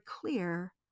clear